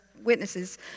witnesses